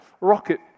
rocket